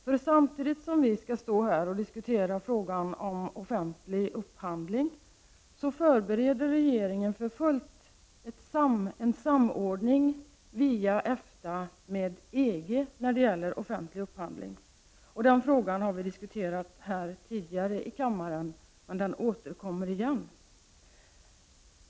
För samtidigt som vi skall stå här och diskutera frågan om offentlig upphandling förbereder regeringen för fullt en samordning via EFTA med EG när det gäller offentlig upphandling. Den frågan har vi diskuterat tidigare här i kammaren, men den korhmer igen.